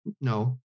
No